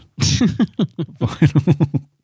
vinyl